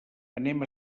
anem